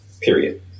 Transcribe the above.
period